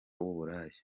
w’uburaya